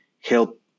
help